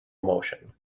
emotion